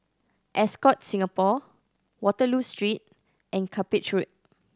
Ascott Singapore Waterloo Street and Cuppage Road